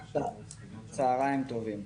צוהריים טובים.